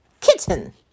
kitten